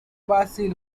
basil